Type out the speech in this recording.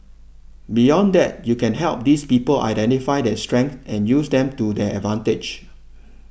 beyond that you can help these people identify their strengths and use them to their advantage